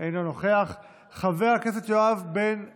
אינו נוכח, חבר הכנסת יואב בן צור,